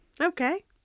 Okay